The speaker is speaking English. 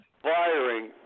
Firing